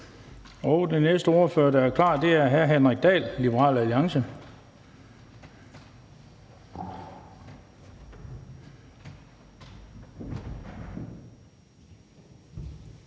Den næste ordfører, der er klar, er hr. Henrik Dahl, Liberal Alliance.